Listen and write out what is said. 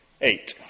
eight